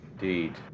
Indeed